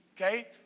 okay